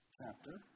chapter